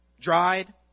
dried